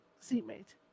seatmate